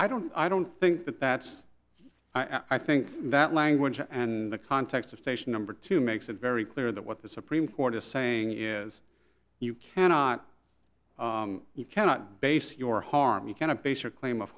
i don't i don't think that that's i think that language and the context of station number two makes it very clear that what the supreme court is saying is you cannot cannot base your harm you cannot base your claim of